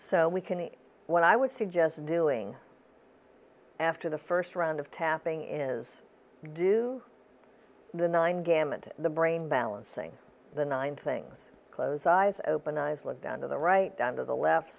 so we can eat what i would suggest doing after the first round of tapping is due the nine gamma to the brain balancing the nine things close eyes open eyes look down to the right down to the left